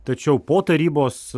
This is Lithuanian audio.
tačiau po tarybos